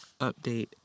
Update